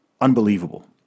unbelievable